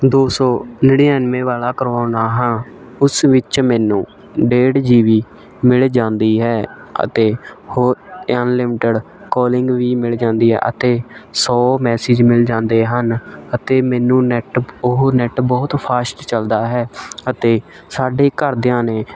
ਦੋ ਸੌ ਨੜਿਨਵੇਂ ਵਾਲ਼ਾ ਕਰਵਾਉਂਦਾ ਹਾਂ ਉਸ ਵਿੱਚ ਮੈਨੂੰ ਡੇਢ ਜੀ ਬੀ ਮਿਲ ਜਾਂਦੀ ਹੈ ਅਤੇ ਹੋਰ ਅਨਲਿਮਟਿਡ ਕੋਲਿੰਗ ਵੀ ਮਿਲ ਜਾਂਦੀ ਹੈ ਅਤੇ ਸੌ ਮੈਸਿਜ ਮਿਲ ਜਾਂਦੇ ਹਨ ਅਤੇ ਮੈਨੂੰ ਨੈੱਟ ਉਹ ਨੈੱਟ ਬਹੁਤ ਫਾਸਟ ਚੱਲਦਾ ਹੈ ਅਤੇ ਸਾਡੇ ਘਰਦਿਆਂ ਨੇ